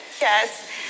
Yes